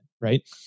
right